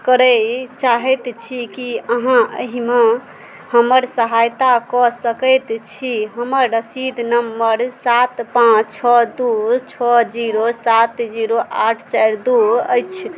करय चाहैत छी की अहाँ अहिमे हमर सहायता कऽ सकैत छी हमर रसीद नम्बर सात पाँच छओ दू छओ जीरो सात जीरो आठ चारि दू अछि